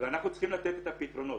ואנחנו צריכים לתת את הפתרונות.